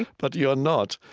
but you're not.